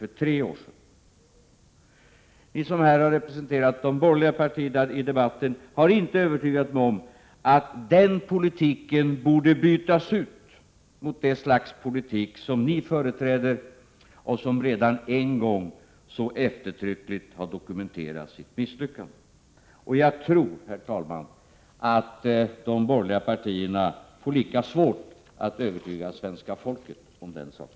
Ni som här i debatten har representerat de borgerliga partierna har inte övertygat mig om att vår politik borde bytas mot det slags politik som ni företräder och som redan en gång så eftertryckligt har dokumenterat sitt misslyckande. Och jag tror, herr talman, att de borgerliga partierna får lika svårt att övertyga svenska folket om den saken.